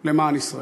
למען ישראל.